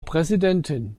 präsidentin